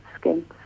skin